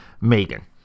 megan